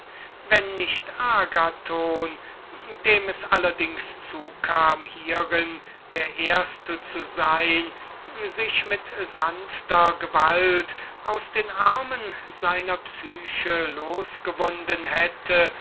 wenn nicht agathon dem es allerdings zukam hierin der erste zu sein sich mit sanfter gewalt aus den armen seiner psyche losgewunden hätte